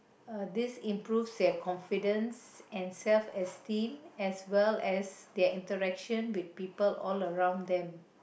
uh this improves their confidence and self esteem as well as the interaction with people all around them